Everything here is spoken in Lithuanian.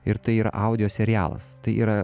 ir tai yra audio serialas tai yra